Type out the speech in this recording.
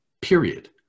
Period